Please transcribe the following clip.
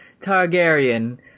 Targaryen